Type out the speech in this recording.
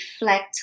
reflect